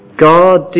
God